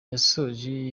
yasoje